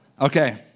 Okay